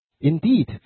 Indeed